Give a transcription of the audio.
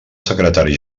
secretari